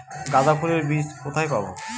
গাঁদা ফুলের বীজ কোথায় পাবো?